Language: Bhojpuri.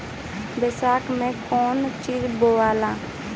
बैसाख मे कौन चीज बोवाला?